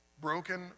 broken